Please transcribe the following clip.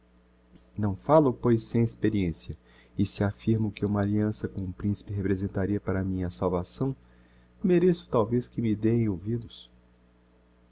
não falo pois sem experiencia e se affirmo que uma alliança com o principe representaria para mim a salvação mereço talvez que me dêem ouvidos